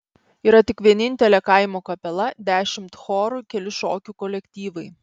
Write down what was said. yra tik vienintelė kaimo kapela dešimt chorų keli šokių kolektyvai